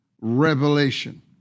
revelation